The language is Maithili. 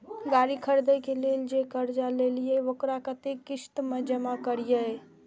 गाड़ी खरदे के लेल जे कर्जा लेलिए वकरा कतेक किस्त में जमा करिए?